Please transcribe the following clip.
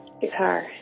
Guitar